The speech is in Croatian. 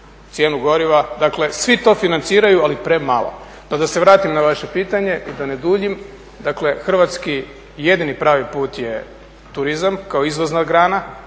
cijenu goriva. Dakle, svi to financiraju, ali premalo. No, da se vratim na vaše pitanje da ne duljim. Dakle, hrvatski i jedini pravi put je turizam kao izvozna grana,